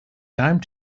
time